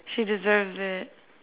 she deserves it